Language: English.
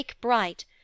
bright